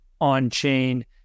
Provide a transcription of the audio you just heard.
on-chain